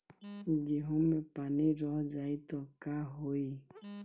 गेंहू मे पानी रह जाई त का होई?